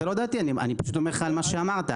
זאת לא דעתי, אני פשוט אומר לך על מה שאמרת.